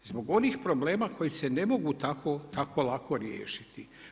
Zbog onih problema koji se ne mogu tako lako riješiti.